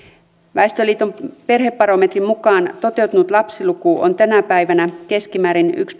väestöliiton perhebarometrin mukaan toteutunut lapsiluku on tänä päivänä keskimäärin yksi